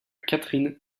catherine